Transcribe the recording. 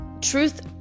truth